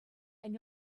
and